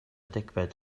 degfed